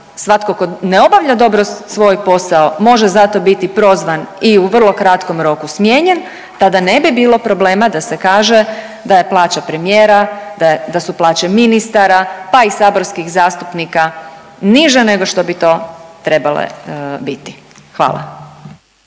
svatko tko ne obavlja dobro svoj posao, može za to biti prozvan i u vrlo kratkom roku smijenjen, tada ne bi bilo problema da se kaže da je plaća premijera, da su plaće ministara, pa i saborskih zastupnika niže nego što bi to trebale biti. Hvala.